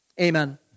Amen